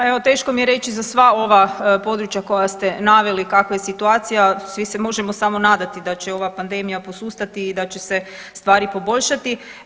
Pa evo teško mi je reći za sva ova područja koja ste naveli kakva je situacija, svi se možemo samo nadati da će ova pandemija posustati i da će se stvari poboljšati.